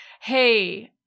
hey